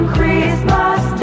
Christmas